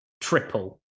triple